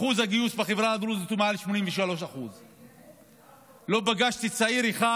אחוז הגיוס בחברה הדרוזית הוא מעל 83%. לא פגשתי צעיר אחד